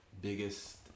biggest